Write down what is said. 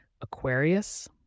Aquarius